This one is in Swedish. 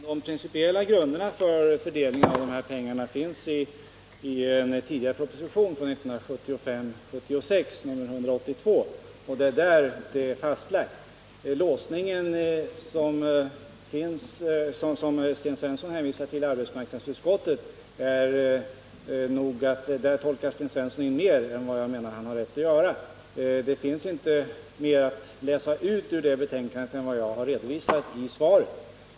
Herr talman! De principiella grunderna för fördelningen av de här pengarna är fastlagda i propositionen 1975/76:182. Beträffande låsningen i arbetsmarknadsutskottet, som Sten Svensson hänvisar till, så tolkar han nog in mer än vad jag menar att han har rätt att göra. Det finns inte mer att läsa ut ur det betänkandet än vad jag har redovisat i svaret.